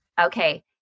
Okay